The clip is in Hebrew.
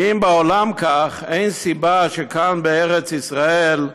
ואם בעולם כך, אין סיבה שכאן, בארץ ישראל,